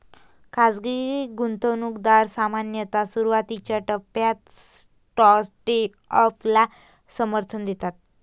खाजगी गुंतवणूकदार सामान्यतः सुरुवातीच्या टप्प्यात स्टार्टअपला समर्थन देतात